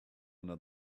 under